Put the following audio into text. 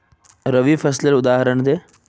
रवि फसलेर उदहारण दे?